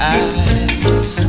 eyes